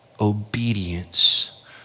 obedience